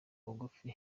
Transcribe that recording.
bugufi